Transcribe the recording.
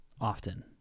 often